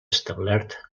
establert